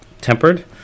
tempered